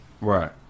Right